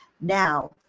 now